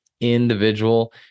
individual